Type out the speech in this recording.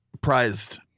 prized